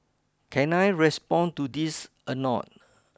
can I respond to this anot